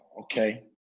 okay